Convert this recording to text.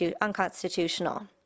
unconstitutional